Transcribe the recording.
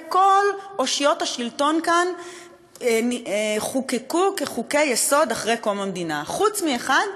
כל אושיות השלטון כאן חוקקו כחוקי-יסוד אחרי קום המדינה חוץ מאחד,